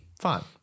Fine